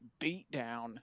beatdown